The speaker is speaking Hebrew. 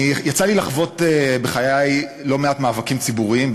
יצא לי לחוות בחיי לא מעט מאבקים ציבוריים,